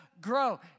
grow